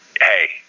hey